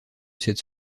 cette